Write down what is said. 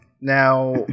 Now